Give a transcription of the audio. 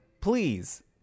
Please